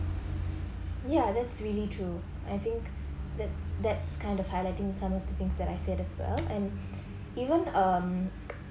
ya that's really true I think that's that's kind of highlighting some of the things that I said as well and even um